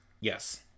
Yes